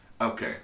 Okay